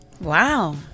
Wow